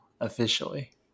officially